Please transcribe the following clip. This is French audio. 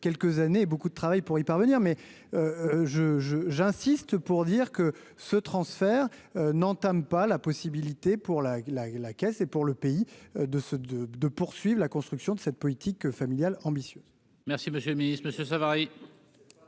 quelques années beaucoup de travail pour y parvenir mais je, je, j'insiste pour dire que ce transfert n'entame pas la possibilité pour la la la caisse et pour le pays de se de 2 poursuivent la construction de cette politique familiale ambitieuse. Merci, Monsieur le Ministre Monsieur Savary.